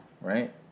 right